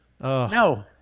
No